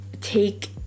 take